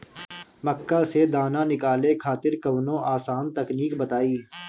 मक्का से दाना निकाले खातिर कवनो आसान तकनीक बताईं?